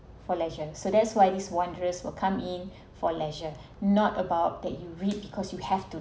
for leisure so that's why this wanderers will come in for leisure not about that you read because you have to